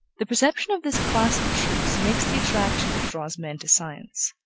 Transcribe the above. the perception of this class of truths makes the attraction which draws men to science,